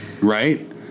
Right